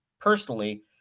personally